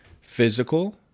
physical